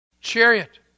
chariot